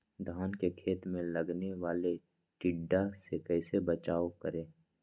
धान के खेत मे लगने वाले टिड्डा से कैसे बचाओ करें?